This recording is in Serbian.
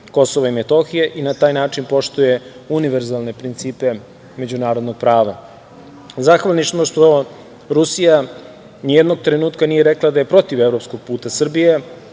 Kosova i Metohije i na taj način poštuje univerzalne principe međunarodnog prava. Zahvalni smo što Rusija nijednog trenutka nije rekla da je protiv evropskog puta Srbije,